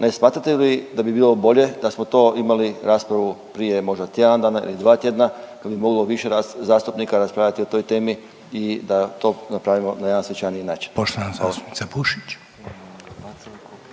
ne smatrate li da bi bilo bolje da smo to imali raspravu prije možda tjedan dana ili dva tjedna kad bi moglo više zastupnika raspravljati o toj temi i da to napravimo na jedan svečaniji način. Hvala. **Reiner, Željko